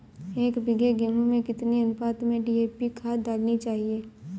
एक बीघे गेहूँ में कितनी अनुपात में डी.ए.पी खाद डालनी चाहिए?